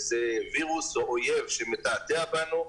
זה וירוס או אויב שמתעתע בנו,